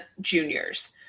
juniors